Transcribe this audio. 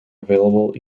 available